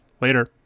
Later